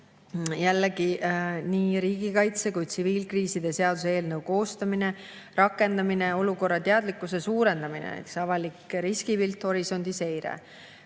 jällegi nii tsiviilkriisi ja riigikaitse seaduse eelnõu koostamine, rakendamine, olukorra teadlikkuse suurendamine, avalik riskipilt ja horisondiseire.